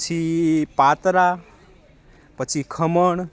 પછી પાતરા પછી ખમણ